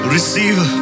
Receive